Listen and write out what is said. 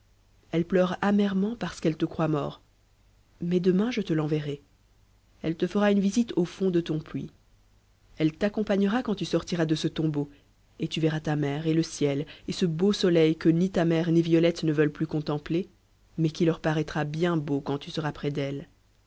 elle pleure amèrement parce qu'elle te croit mort mais demain je te l'enverrai elle te fera une visite au fond de ton puits elle t'accompagnera quand tu sortiras de ce tombeau et tu verras ta mère et le ciel et ce beau soleil que ni ta mère ni violette ne veulent plus contempler mais qui leur paraîtra bien beau quand tu seras près d'elles